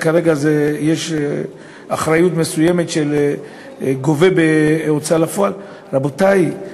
אלא כרגע יש אחריות מסוימת של גובה בהוצאה לפועל: רבותי,